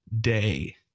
Day